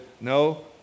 no